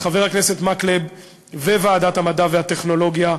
חבר הכנסת מקלב וועדת המדע והטכנולוגיה,